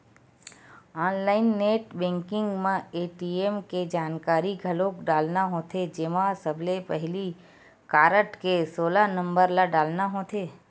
online net banking म ATM के जानकारी घलोक डालना होथे जेमा सबले पहिली कारड के सोलह नंबर ल डालना होथे